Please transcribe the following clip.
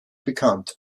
bekannt